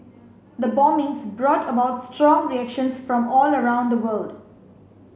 the bombings brought about strong reactions from all around the world